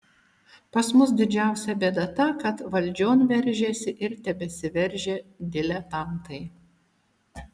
pas mus didžiausia bėda ta kad valdžion veržėsi ir tebesiveržia diletantai